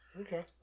Okay